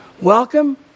Welcome